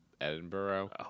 Edinburgh